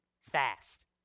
fast